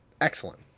Excellent